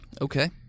Okay